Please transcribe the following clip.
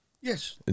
Yes